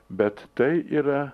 bet tai yra